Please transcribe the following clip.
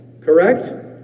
Correct